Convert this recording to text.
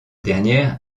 dernières